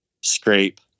scrape